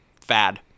fad